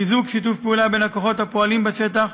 חיזוק שיתוף פעולה בין הכוחות הפועלים בשטח,